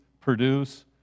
produce